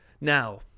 Now